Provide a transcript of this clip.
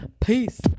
Peace